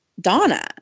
Donna